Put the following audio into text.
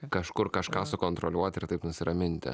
kažkur kažką sukontroliuot ir taip nusiraminti